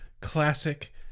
classic